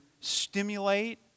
stimulate